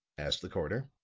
asked the coroner.